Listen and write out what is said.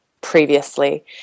previously